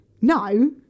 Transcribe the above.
no